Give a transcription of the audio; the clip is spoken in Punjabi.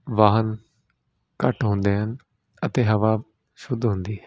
ਵਾਹਨ ਘੱਟ ਹੁੰਦੇ ਹਨ ਅਤੇ ਹਵਾ ਸ਼ੁੱਧ ਹੁੰਦੀ ਹੈ